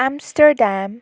Amsterdam